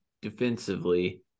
defensively